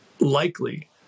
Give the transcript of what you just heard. likely